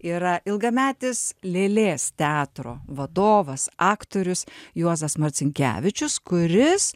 yra ilgametis lėlės teatro vadovas aktorius juozas marcinkevičius kuris